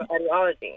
ideology